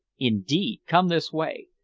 indeed! come this way.